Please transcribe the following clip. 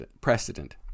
precedent